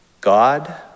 God